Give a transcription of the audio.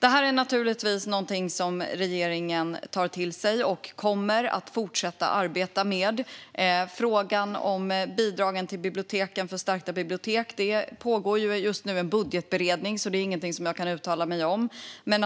Detta är naturligtvis någonting som regeringen tar till sig och kommer att fortsätta att arbeta med. När det gäller frågan om bidragen till biblioteken inom ramen för Stärkta bibliotek pågår just nu en budgetberedning. Det är ingenting som jag kan uttala mig om.